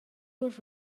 worth